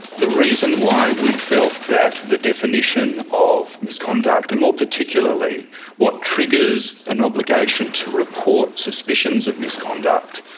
the reason why we felt that the definition of misconduct, and more particularly what triggers an obligation to report suspicions of misconduct,